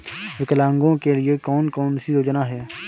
विकलांगों के लिए कौन कौनसी योजना है?